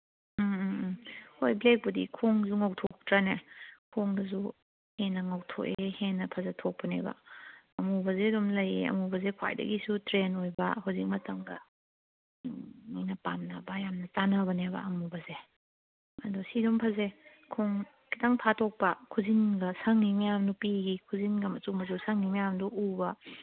ꯎꯝ ꯎꯝ ꯎꯝ ꯍꯣꯏ ꯕ꯭ꯂꯦꯛꯄꯨꯗꯤ ꯈꯣꯡꯁꯨ ꯉꯧꯊꯣꯛꯇ꯭ꯔꯅꯦ ꯈꯣꯡꯗꯨꯁꯨ ꯍꯦꯟꯅ ꯉꯧꯊꯣꯛꯑꯦ ꯍꯦꯟꯅ ꯐꯖꯊꯣꯛꯄꯅꯦꯕ ꯑꯃꯨꯕꯁꯦ ꯑꯗꯨꯝ ꯂꯩꯌꯦ ꯑꯃꯨꯕꯁꯦ ꯈ꯭ꯋꯥꯏꯗꯒꯤꯁꯨ ꯇ꯭ꯔꯦꯟ ꯑꯣꯏꯕ ꯍꯧꯖꯤꯛ ꯃꯇꯝꯗ ꯃꯤꯅ ꯄꯥꯝꯅꯕ ꯌꯥꯝꯅ ꯆꯥꯅꯕꯅꯦꯕ ꯑꯃꯨꯕꯁꯦ ꯑꯗꯣ ꯁꯤ ꯑꯗꯨꯝ ꯐꯖꯩ ꯈꯣꯡ ꯈꯤꯇꯪ ꯐꯥꯠꯇꯣꯛꯄ ꯈꯨꯖꯤꯟꯒ ꯁꯪꯉꯤꯕ ꯅꯨꯄꯤꯒꯤ ꯈꯨꯖꯤꯟꯒ ꯃꯆꯨ ꯃꯆꯨ ꯁꯪꯉꯤ ꯃꯌꯥꯝꯗꯨ ꯎꯕ